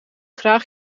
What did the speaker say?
graag